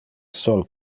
sol